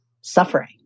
suffering